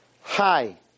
Hi